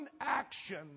action